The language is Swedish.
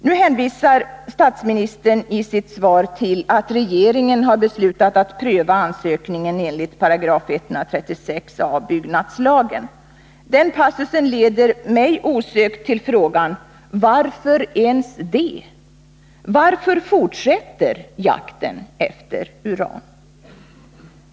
Nu hänvisar statsministern i sitt svar till att regeringen har beslutat att pröva ansökningen enligt 136 a § byggnadslagen. Den passusen leder mig osökt till frågan: Varför ens det? Varför fortsätta jakten efter uran?